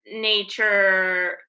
nature